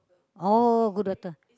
oh good letter